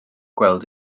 gweld